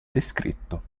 descritto